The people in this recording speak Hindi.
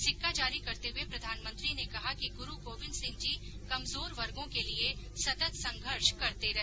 सिक्का जारी करते हुए प्रधानमंत्री ने कहा कि गुरू गोबिंद सिंह जी कमजोर वर्गों के लिए सतत संघर्ष करते रहे